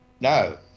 No